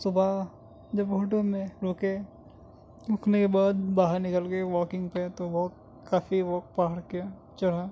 صبح جب ہوٹل میں رکے رکنے کے بعد باہر نکل گئے واکنگ پہ تو واک کافی وہ پہاڑ کے چڑھا